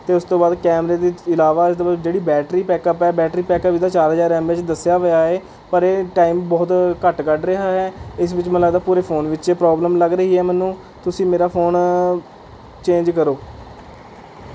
ਅਤੇ ਉਸਤੋਂ ਬਾਅਦ ਕੈਮਰਾ ਦੇ ਇਲਾਵਾ ਇਸ ਤੋਂ ਬਾਅਦ ਜਿਹੜੀ ਬੈਟਰੀ ਬੈਕਅੱਪ ਹੈ ਬੈਟਰੀ ਬੈਕਅੱਪ ਇਹਦਾ ਚਾਰ ਹਜ਼ਾਰ ਐੱਮ ਐੱਚ ਦੱਸਿਆ ਹੋਇਆ ਹੈ ਪਰ ਇਹ ਟਾਈਮ ਬਹੁਤ ਘੱਟ ਕੱਢ ਰਿਹਾ ਹੈ ਇਸ ਵਿੱਚ ਮੈਨੂੰ ਲੱਗਦਾ ਪੂਰੇ ਫੋਨ ਵਿੱਚ ਇਹ ਪ੍ਰੋਬਲਮ ਲੱਗ ਰਹੀ ਹੈ ਮੈਨੂੰ ਤੁਸੀਂ ਮੇਰਾ ਫੋਨ ਚੇਂਜ ਕਰੋ